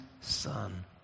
son